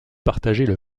partageaient